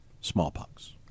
Smallpox